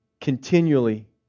continually